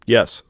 Yes